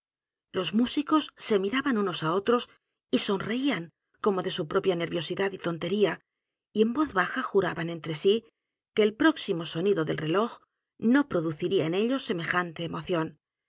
los músicos se miraban unos á otros y sonreían como de su propia nerviosidad y tontería y en voz baja juraban entre sí que el próximo sonido del reloj no produciría en ellos semejante emoción